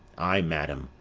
ay, madam,